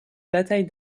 bataille